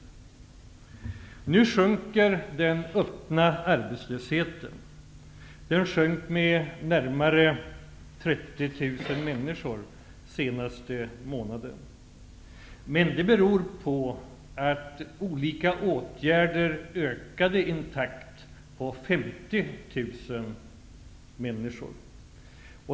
Nu sjunker den öppna arbetslösheten. Under den senaste månaden sjönk den med närmare 30 000 personer. Men det beror på att olika åtgärder ökade i en takt motsvarande 50 000 människor.